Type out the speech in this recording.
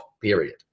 period